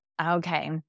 Okay